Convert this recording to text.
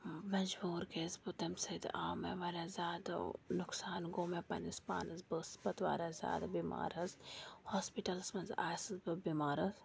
مجبوٗر گٔیَس بہٕ تَمہِ سۭتۍ آو مےٚ واریاہ زیادٕ نۄقصان گوٚو مےٚ پنٛنِس پانَس بہٕ ٲسٕس پَتہٕ واریاہ زیادٕ بٮ۪مار حظ ہاسپِٹَلَس منٛز آسٕس بہٕ بٮ۪مار حظ